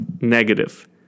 negative